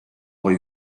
või